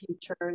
teachers